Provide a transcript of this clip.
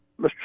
Mr